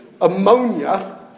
ammonia